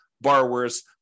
borrowers